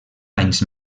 anys